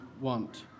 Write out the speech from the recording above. want